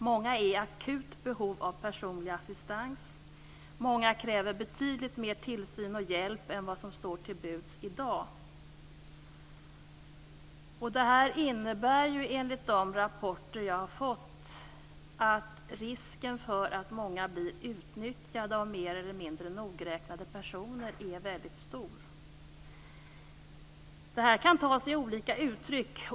Många är i akut behov av personlig assistans, och många kräver betydligt mera tillsyn och hjälp än vad som i dag står till buds. Det innebär enligt de rapporter som jag har fått att risken för att många blir utnyttjade av mer eller mindre nogräknade personer är väldigt stor. Det här kan ta sig olika uttryck.